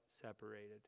separated